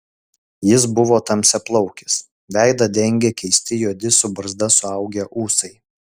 jis buvo tamsiaplaukis veidą dengė keisti juodi su barzda suaugę ūsai